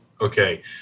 Okay